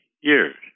years